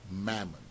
mammon